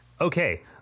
Okay